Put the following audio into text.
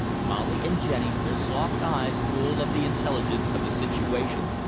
molly and jenny, their soft eyes full of the intelligence of the situation,